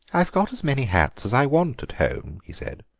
i've got as many hats as i want at home, he said,